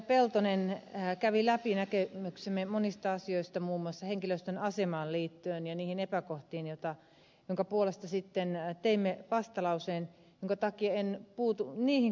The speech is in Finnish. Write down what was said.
peltonen kävi läpi näkemyksemme monista asioista muun muassa henkilöstön asemaan liittyen ja niihin epäkohtiin joiden puolesta sitten teimme vastalauseen jonka takia en puutu niihin kysymyksiin